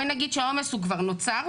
בואי נגיד שהעומס הוא כבר נוצר,